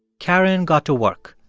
karen got to work.